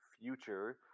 future